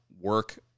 work